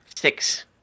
Six